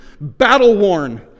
battle-worn